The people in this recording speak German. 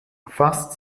fast